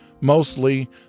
mostly